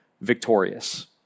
victorious